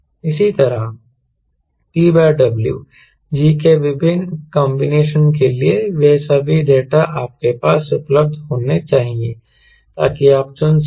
इसी तरह TW G के विभिन्न कंबीनेशन के लिए वे सभी डेटा आपके पास उपलब्ध होने चाहिए ताकि आप चुन सकें